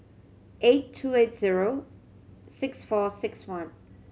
eight two eight zero six four six one